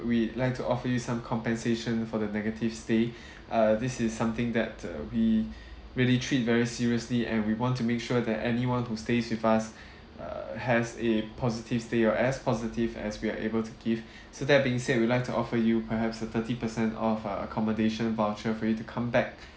we'd like to offer you some compensation for the negative stay err this is something that uh we really treat very seriously and we want to make sure that anyone who stays with us uh has a positive stay or as positive as we are able to give so that being said we'd like to offer you perhaps a thirty per cent off uh accommodation voucher for you to come back